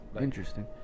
Interesting